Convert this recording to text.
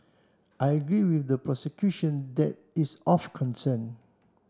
I agree with the prosecution that is of concern